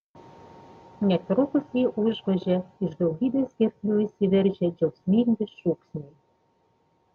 netrukus jį užgožė iš daugybės gerklių išsiveržę džiaugsmingi šūksniai